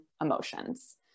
emotions